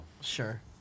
sure